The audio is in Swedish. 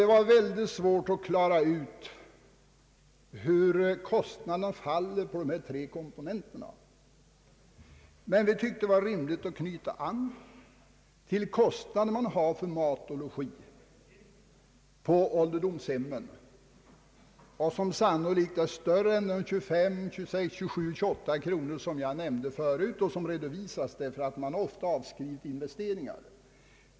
Det var väldigt svårt att klara ut hur kostnaderna faller på de tre komponenterna, men vi tyckte att det var rimligt att knyta an till de kostnader man har för mat och logi på ålderdomshemmen och som sannolikt är större än de 25, 26, 27 eller 28 kronor som jag nämnt och som redovisas därför att investeringar ofta har avskrivits.